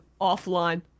offline